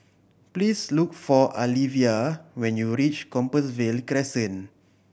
please look for Alivia when you reach Compassvale Crescent